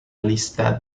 lista